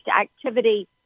activity